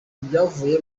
ibyavuye